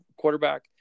quarterback